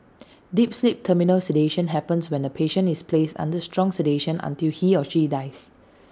deep sleep terminal sedation happens when the patient is placed under strong sedation until he or she dies